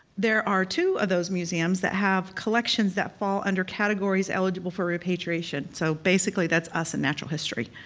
there are two of those museums that have collections that fall under categories eligible for repatriation. so basically that's us and natural history.